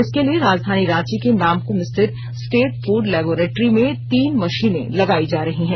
इसके लिए राजधानी रांची के नामक्म स्थित स्टेट फूड लेबोरेट्री में तीन मशीनें लगाई जा रही है